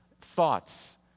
thoughts